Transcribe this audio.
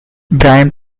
brian